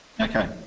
Okay